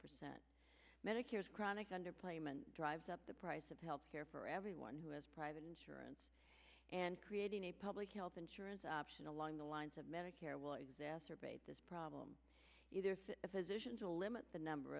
percent medicare's chronic under plame and drives up the price of health care for everyone who has private insurance and creating a public health insurance option along the lines of medicare will exacerbate this problem either physicians will limit the number